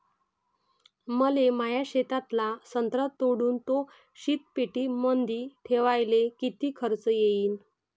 मले माया शेतातला संत्रा तोडून तो शीतपेटीमंदी ठेवायले किती खर्च येईन?